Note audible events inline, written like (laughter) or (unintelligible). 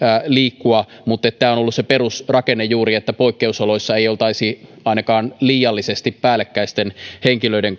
liikkua mutta juuri tämä on ollut se perusrakenne että poikkeusoloissa ei oltaisi ainakaan liiallisesti päällekkäisten henkilöiden (unintelligible)